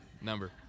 number